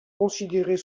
considérer